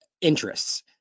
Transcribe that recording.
interests